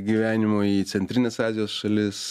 gyvenimo į centrinės azijos šalis